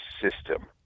system